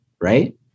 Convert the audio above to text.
right